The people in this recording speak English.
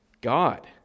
God